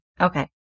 Okay